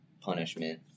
punishment